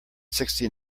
sixty